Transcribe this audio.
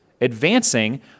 advancing